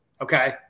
Okay